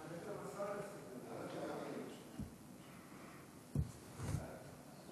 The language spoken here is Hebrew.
ההצעה להעביר את הנושא לוועדת הפנים והגנת הסביבה